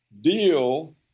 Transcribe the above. deal